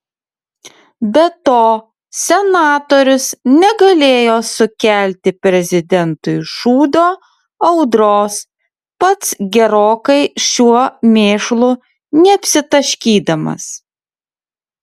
be to senatorius negalėjo sukelti prezidentui šūdo audros pats gerokai šiuo mėšlu neapsitaškydamas